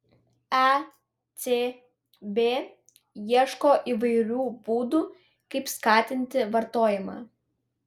ecb ieško įvairių būdų kaip skatinti vartojimą